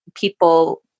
people